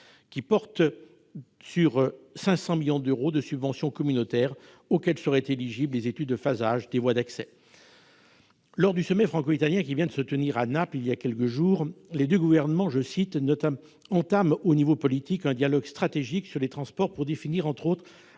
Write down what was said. porte sur 500 millions d'euros de subventions communautaires, auxquelles seraient éligibles les études de phasage des voies d'accès. Lors du sommet franco-italien qui s'est tenu à Naples il y a quelques jours, les deux gouvernements ont décidé d'entamer « au niveau politique, un " dialogue stratégique sur les transports " pour définir, entre autres,